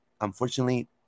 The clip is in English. unfortunately